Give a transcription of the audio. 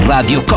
Radio